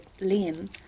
Liam